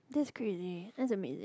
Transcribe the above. that's good already that is amazing